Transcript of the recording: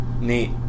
Neat